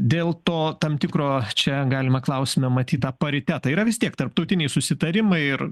dėl to tam tikro čia galima klausime matyt tą paritetą yra vis tiek tarptautiniai susitarimai ir